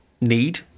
need